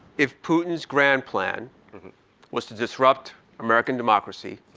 if putin's grand plan was to disrupt american democracy,